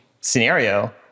scenario